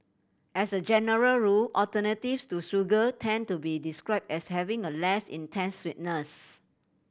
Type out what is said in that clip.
as a general rule alternatives to sugar tend to be describe as having a less intense sweetness